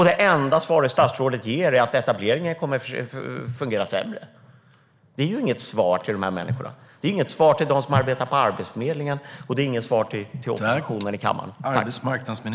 Det enda svaret statsrådet ger är att etableringen kommer att fungera sämre. Det är inget svar till dessa människor, det är inget svar till dem som arbetar på Arbetsförmedlingen och det är inget svar till oppositionen i kammaren.